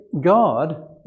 god